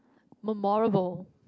memorable